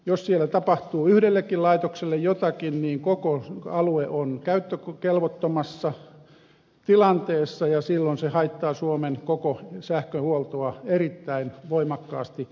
jos siellä tapahtuu yhdellekin laitokselle jotakin niin koko alue on käyttökelvottomassa tilanteessa ja silloin se haittaa suomen koko sähköhuoltoa erittäin voimakkaasti